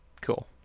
Cool